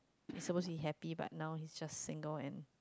he's supposed to be happy but now he's just single and